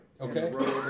Okay